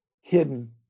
hidden